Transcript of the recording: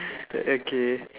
okay